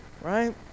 right